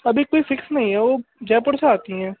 अभी कोई फिक्स नहीं है वह जयपुर से आती है